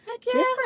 different